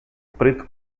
preto